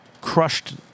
crushed